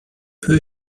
peu